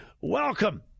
Welcome